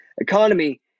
economy